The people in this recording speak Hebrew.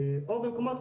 או במקומות,